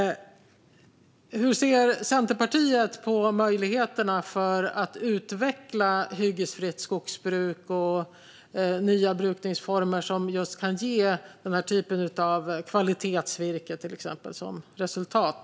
Hur ser Centerpartiet på möjligheterna att utveckla hyggesfritt skogsbruk och nya brukningsformer som till exempel kan ge denna typ av kvalitetsvirke som resultat?